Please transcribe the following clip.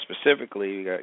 specifically